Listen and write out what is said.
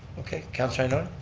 okay, councillor ioannoni.